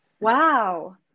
Wow